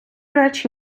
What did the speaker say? речі